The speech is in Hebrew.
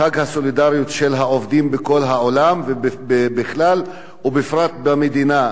חג הסולידריות של העובדים בכל העולם בכלל ובפרט במדינה.